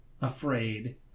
afraid